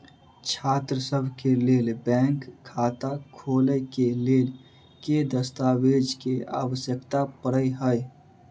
छात्रसभ केँ लेल बैंक खाता खोले केँ लेल केँ दस्तावेज केँ आवश्यकता पड़े हय?